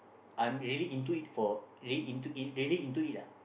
I'm really into it for really into it really into it lah